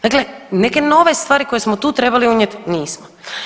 Dakle neke nove stvari koje smo tu trebali unijeti, nismo.